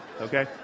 Okay